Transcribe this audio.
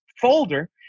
folder